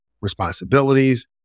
responsibilities